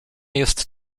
jest